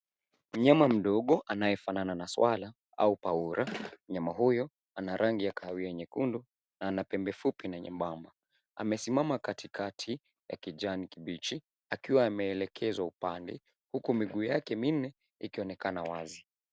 Mnyama mdogo anayefanana na swala au paura. Mnyama huyu ana rangi ya kahawia nyekundu na ana pembe fupi na nyembamba. Amesimama katikati ya kijani kibichi akiwa ameelekezwa upande, huku miguu yake minne ikionekana wazi.